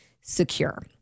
secure